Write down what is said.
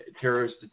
terrorist